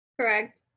Correct